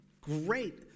great